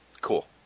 Cool